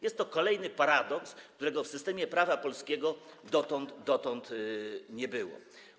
Jest to kolejny paradoks, którego w systemie prawa polskiego dotąd nie było.